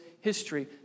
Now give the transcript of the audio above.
history